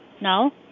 No